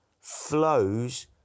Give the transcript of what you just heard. flows